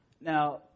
Now